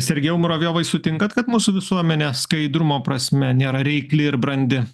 sergejau muravjovai sutinkat kad mūsų visuomenė skaidrumo prasme nėra reikli ir brandi